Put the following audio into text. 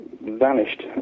vanished